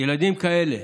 שילדים כאלה